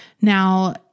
Now